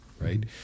right